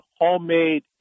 homemade